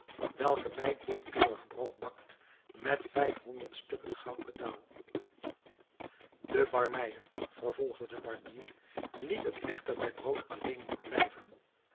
welke mij dit keurige brood bakt met vijf honderd stukken goud betaal de barmeyer vervolgde de barbier liet het echter bij brood alleen niet blijven